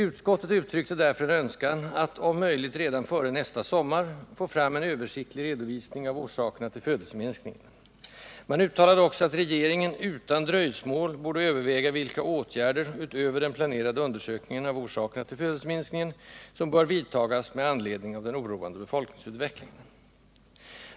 Utskottet uttryckte därför en önskan att ”om möjligt redan före nästa sommar” få fram en översiktlig redovisning av orsakerna till födelseminskningen. Man uttalade också att ”regeringen utan dröjsmål bör överväga vilka åtgärder som — utöver den planerade undersökningen av orsakerna till födelseminskningen — bör vidtas med anledning av den oroande befolkningsutvecklingen”.